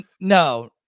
No